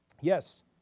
Yes